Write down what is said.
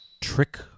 Trick